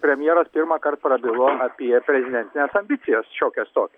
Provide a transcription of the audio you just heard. premjeras pirmąkart prabilo apie prezidentines ambicijas šiokias tokias